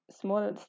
small